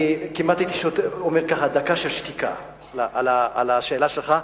אני כמעט הייתי אומר כך: דקה של שתיקה על השאלה שלך.